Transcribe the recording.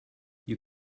you